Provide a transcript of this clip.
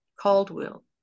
Caldwell